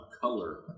color